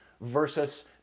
versus